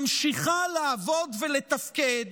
ממשיכה לעבוד ולתפקד